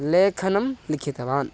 लेखनं लिखितवान्